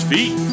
Feet